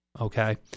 okay